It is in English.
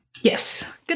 Yes